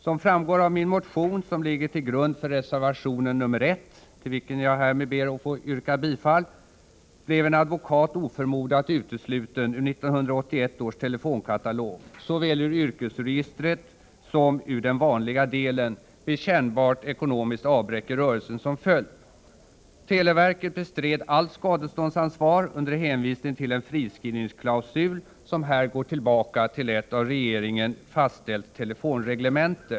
Som framgår av min motion, som ligger till grund för reservation nr 1, till vilken jag härmed ber att få yrka bifall, blev en advokat oförmodat utesluten ur 1981 års telefonkatalog — såväl ur yrkesregistret som ur den vanliga delen — med kännbart ekonomiskt avbräck i rörelsen som följd. Televerket bestred allt skadeståndsansvar under hänvisning till en friskrivningsklausul som går tillbaka till ett av regeringen fastställt telefonreglemente.